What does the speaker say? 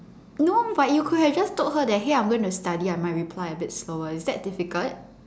no but you could have just told her that hey I'm going to study I might reply a bit slower is that difficult